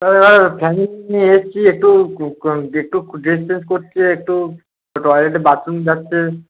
স এবার ফ্যামিলি নিয়ে এসছি একটু একটু ক ড্রেস চেঞ্জ করছে একটু টয়লেটে বাথরুম যাচ্ছে